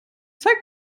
zeig